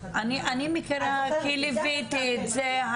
אחד לא --- אני מכירה כי ליוויתי את זה,